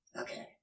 Okay